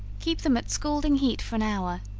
keep them at scalding heat for an hour,